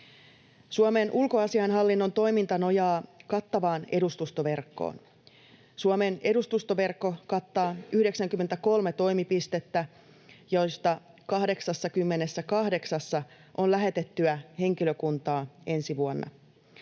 Suomen ulkoasiainhallinnon toiminta nojaa kattavaan edustustoverkkoon. Suomen edustustoverkko kattaa 93 toimipistettä, joista 88:ssa on lähetettyä henkilökuntaa ensi vuonna.